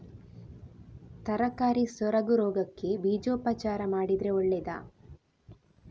ತರಕಾರಿ ಸೊರಗು ರೋಗಕ್ಕೆ ಬೀಜೋಪಚಾರ ಮಾಡಿದ್ರೆ ಒಳ್ಳೆದಾ?